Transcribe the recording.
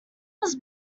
was